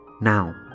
now